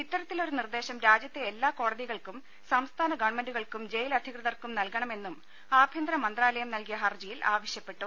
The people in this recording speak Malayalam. ഇത്തരത്തിലൊരു നിർദ്ദേശം രാജ്യത്തെ എല്ലാ കോടതികൾക്കും സംസ്ഥാന ഗവൺമെന്റുകൾക്കും ജയിൽ അധികൃതർക്കും നൽകണമെന്നും ആഭ്യന്തരമന്ത്രാലയം നൽകിയ ഹരജിയിൽ ആവശ്യപ്പെട്ടു